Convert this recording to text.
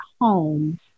home